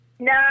No